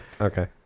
Okay